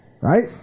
right